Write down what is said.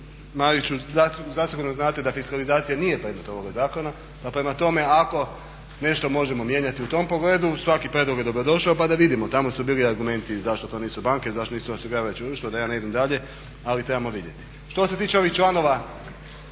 Mariću zasigurno znate da fiskalizacija nije predmet ovoga zakona, pa prema tome ako nešto možemo mijenjati u tom pogledu, svaki prijedlog je dobrodošao pa da vidimo, tamo su bili argumenti zašto to nisu banke, zašto nisu osiguravajuća društva, da ja ne idem dalje, ali trebamo vidjeti. Što se tiče ovih članova